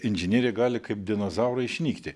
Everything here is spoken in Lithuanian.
inžinieriai gali kaip dinozaurai išnykti